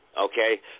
okay